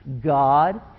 God